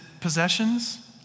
possessions